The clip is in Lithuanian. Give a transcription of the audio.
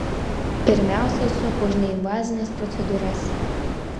pirmiausia esu už neinvazines procedūras